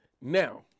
Now